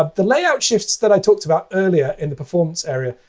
ah the layout shifts that i talked about earlier in the performance area,